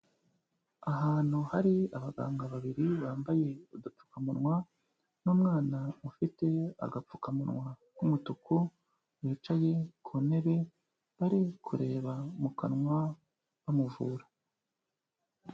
Ahantu hari abaganga babiri bambaye udupfukamunwa n'umwana ufiteyo agapfukamunwa k'umutuku wicaye ku ntebe, bari kureba mu kanwa bamuvura.